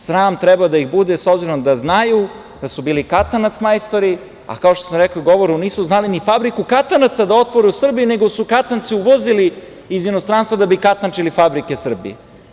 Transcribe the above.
Sram treba da ih bude, s obzirom da znaju da su bili katanac majstori, a kao što sam rekao u govoru, nisu znali ni fabriku katanaca da otvore u Srbiji, nego su katance uvozili iz inostranstva da bi katančili fabrike Srbije.